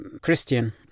Christian